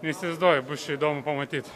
įsivaizduoju bus čia įdomu pamatyt